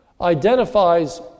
identifies